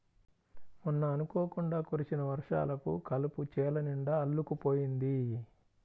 మొన్న అనుకోకుండా కురిసిన వర్షాలకు కలుపు చేలనిండా అల్లుకుపోయింది